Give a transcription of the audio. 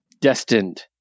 destined